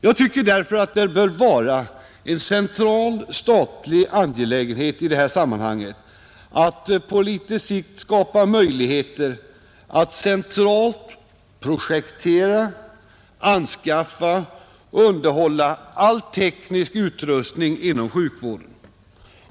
Jag tycker därför att det bör vara en central statlig angelägenhet i detta sammanhang att på litet sikt åstadkomma möjligheter att centralt projektera, anskaffa och underhålla all teknisk utrustning inom sjukvården.